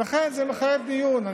ולכן זה מחייב דיון.